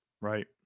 Right